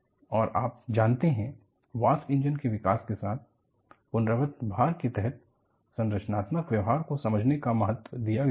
और आप जानते हैं वास्प इंजन के विकास के साथ पुनरावृत्त भार के तहत संरचनात्मक व्यवहार को समझने का महत्व दिया जाता है